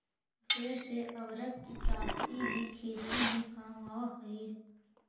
भेंड़ से उर्वरक की प्राप्ति भी खेती में काम आवअ हई